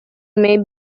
may